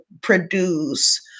produce